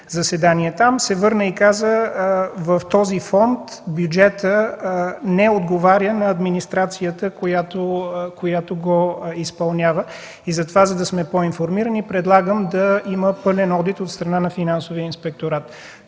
заседание там, се върна и каза: „В този фонд бюджетът не отговаря на администрацията, която го изпълнява. Затова, за да сме по-информирани, предлагам да има пълен одит от страна на Финансовия инспекторат”.